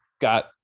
got